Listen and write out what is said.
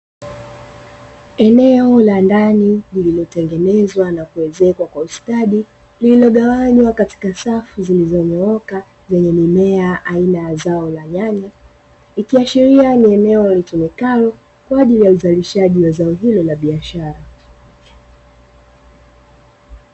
Eneo la ndani lililotengenezwa na kuezekwa kwa ustadi lililogawanywa katika safu zilizonyooka zenye mimea aina ya zao la nyanya, ikiashiria ni eneo litumikalo kwa ajili ya uzalishaji wa zao hilo la biashara.